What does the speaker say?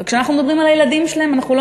וכשאנחנו מדברים על הילדים שלהם אנחנו לא